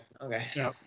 Okay